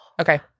Okay